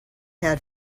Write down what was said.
had